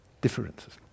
differences